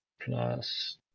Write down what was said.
plus